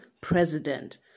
president